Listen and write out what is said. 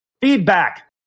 feedback